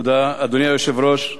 אדוני היושב-ראש,